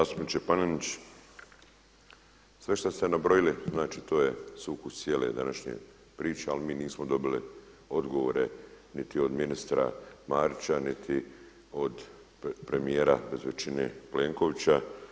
Zastupniče Panenić, sve šta ste nabrojili znači to je sukus cijele današnje priče, ali mi nismo dobili odgovore niti od ministra Marića, niti od premijera bez većine Plenkovića.